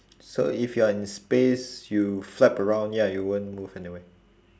so if you're in the space you flap around ya you won't move anywhere